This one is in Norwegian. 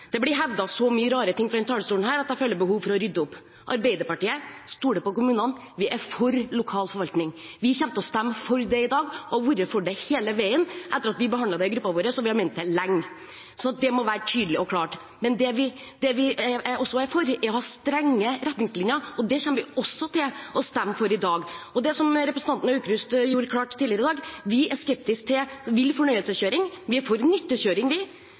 Det blir hevdet så mye rart fra denne talerstolen at jeg føler behov for å rydde opp. Arbeiderpartiet stoler på kommunene. Vi er for lokal forvaltning. Vi kommer til å stemme for det i dag. Vi har vært for det hele veien etter at vi behandlet det i gruppen vår, og vi har ment det lenge. Det må være tydelig og klart. Men det vi også er for, er å ha strenge retningslinjer, og det kommer vi også til å stemme for i dag. Og som representanten Aukrust gjorde det klart tidligere i dag: Vi er skeptiske til vill fornøyelseskjøring. Vi er for nyttekjøring.